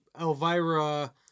Elvira